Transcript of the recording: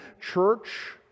church